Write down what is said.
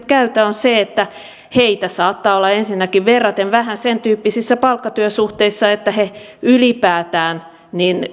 käytä on se että heitä saattaa olla ensinnäkin verraten vähän sentyyppisissä palkkatyösuhteissa että he ylipäätään